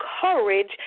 courage